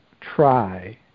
try